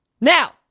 now